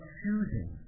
choosing